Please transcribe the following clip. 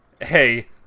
Hey